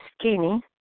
skinny